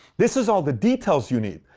this is all the details you need.